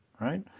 right